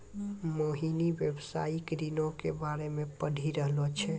मोहिनी व्यवसायिक ऋणो के बारे मे पढ़ि रहलो छै